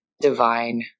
divine